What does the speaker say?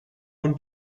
und